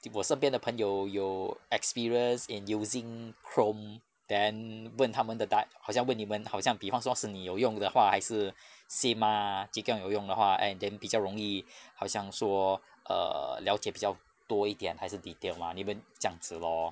if 我身边的朋友有 experience in using chrome then 问他们的 di~ 好像问你们好像比方说是你有用的话还是 sim ah chee kiong 有用的话 !aiya! then 比较容易好像说 err 了解比较多一点还是 detailed mah 你们这样子 lor